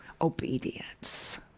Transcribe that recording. obedience